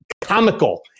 comical